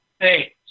Hey